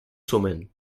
sumen